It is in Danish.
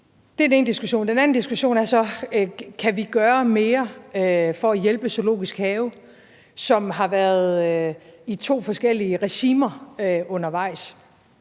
den ene diskussion. Den anden diskussion er så, om vi kan gøre mere for at hjælpe Zoologisk Have, som har været i to forskellige regimer undervejs.